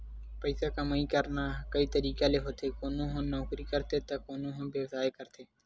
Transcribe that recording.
पइसा कमई करना कइ तरिका ले होथे कोनो ह नउकरी करथे त कोनो ह बेवसाय करथे